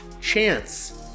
Chance